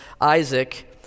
Isaac